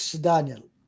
Daniel